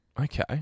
Okay